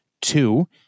Two